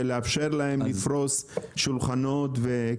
של לאפשר להם לפרוש שולחנות וכיסאות.